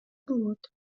болот